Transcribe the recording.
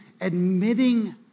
admitting